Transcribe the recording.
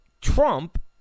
Trump